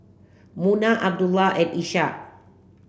Munah Abdullah and Ishak